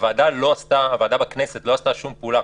הוועדה בכנסת לא עשתה שום פעולה,